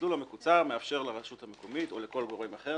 המסלול המקוצר מאפשר לרשות המקומית או לכל גורם אחר